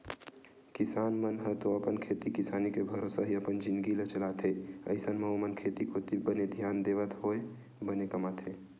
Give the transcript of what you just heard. किसान मन ह तो अपन खेती किसानी के भरोसा ही अपन जिनगी ल चलाथे अइसन म ओमन खेती कोती बने धियान देवत होय बने कमाथे